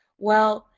well,